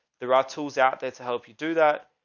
there are tools out there to help you do that.